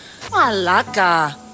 malaka